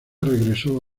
regresó